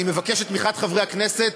אני מבקש את תמיכת חברי הכנסת.